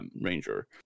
Ranger